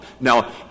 Now